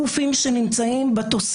אדוני, קשת תתקן אותי, אבל